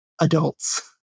adults